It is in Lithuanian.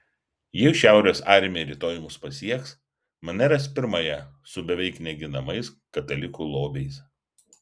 jei šiaurės armija rytoj mus pasieks mane ras pirmąją su beveik neginamais katalikų lobiais